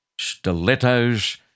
stilettos